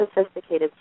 Sophisticated